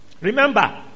Remember